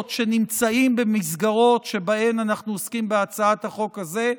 שנמצאים במסגרות שבהן אנחנו עוסקים בהצעת החוק הזאת.